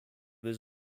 his